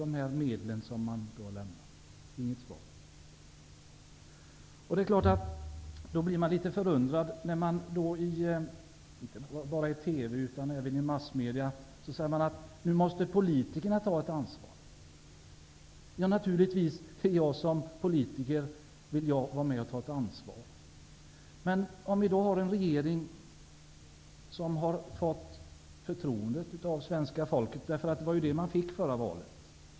Jag har inte fått något svar. Då blir jag litet förundrad. I TV och andra massmedier säger man att politikerna måste ta ett ansvar. Naturligtvis vill jag som politiker vara med och ta ett ansvar. Men vi har en regering som har fått förtroendet att regera av svenska folket. Det var ju det förtroendet regeringen fick vid det förra valet.